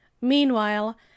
Meanwhile